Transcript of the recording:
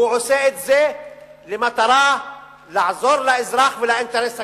הוא עושה את זה במטרה לעזור לאזרח ולאינטרס הכללי.